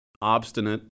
obstinate